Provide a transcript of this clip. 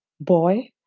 boy